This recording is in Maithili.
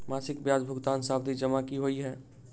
मासिक ब्याज भुगतान सावधि जमा की होइ है?